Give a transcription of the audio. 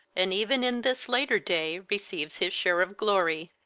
and even in this later day receives his share of glory,